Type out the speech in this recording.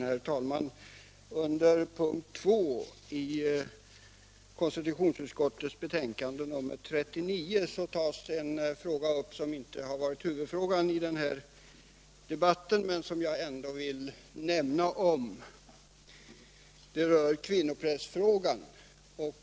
Herr talman! Under punkt 2 i konstitutionsutskottets betänkande nr 39 tas en fråga upp som inte har varit en huvudfråga i den här debatten, men som jag ändå vill nämna: kvinnoprästfrågan.